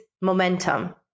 momentum